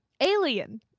Alien